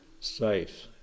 safe